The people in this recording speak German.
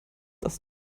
das